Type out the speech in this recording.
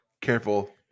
Careful